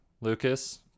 Lucas